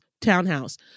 townhouse